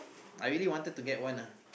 I really wanted to get one ah